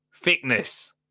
Thickness